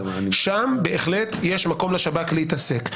שם בהחלט יש מקום לשב"כ להתעסק.